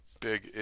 Big